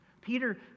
Peter